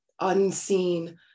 unseen